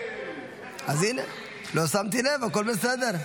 --- לא שמתי לב, הכול בסדר.